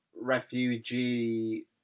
refugee